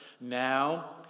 Now